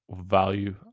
value